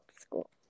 school